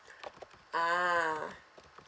ah